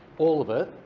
all of it,